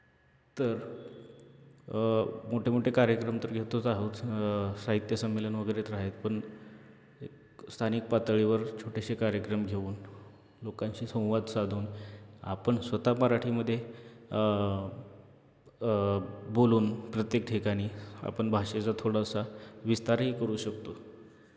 तर मोठेमोठे कार्यक्रम तर घेतोच आहोच साहित्य संमेलन वगैरे तर आहेत पण स्थानिक पातळीवर छोटेसे कार्यक्रम घेऊन लोकांशी संवाद साधून आपण स्वतः मराठीमध्ये बोलून प्रत्येक ठिकाणी आपण भाषेचा थोडासा विस्तारही करू शकतो